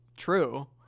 True